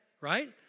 Right